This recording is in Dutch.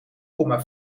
komma